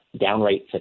downright